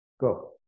go